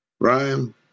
Ryan